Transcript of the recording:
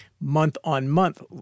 month-on-month